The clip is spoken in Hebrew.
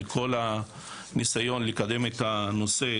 על כל הניסיון לקדם את הנושא,